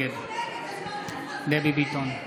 נגד דבי ביטון,